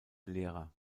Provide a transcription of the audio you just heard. lehrer